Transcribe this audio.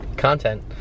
content